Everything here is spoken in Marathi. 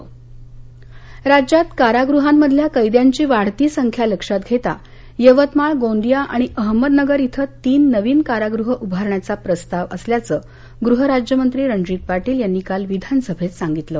विधानसभातरूंग राज्यात कारागृहांमधल्या कैद्यांची वाढती संख्या लक्षात घेता यवतमाळ गोंदिया आणि अहमदनगर इथं तीन नवीन कारागृहं उभारण्याचा प्रस्ताव असल्याचं गृह राज्यमंत्री रणजीत पाटील यांनी काल विधानसभेत सांगितलं